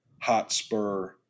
hotspur